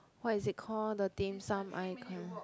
what is it call the dimsum icon